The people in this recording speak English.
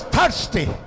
thirsty।